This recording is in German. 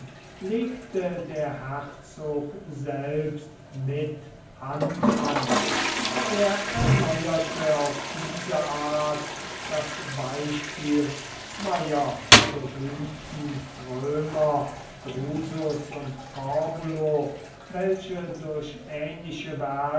legte der herzog selbst mit hand an er erneuerte auf diese art das beispiel zweier berühmten römer drusus und corbulo welche durch ähnliche werke